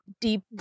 deep